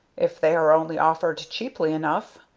if they are only offered cheaply enough,